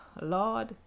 lord